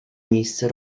miejsce